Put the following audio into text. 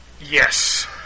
Yes